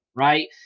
right